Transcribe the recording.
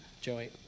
Joey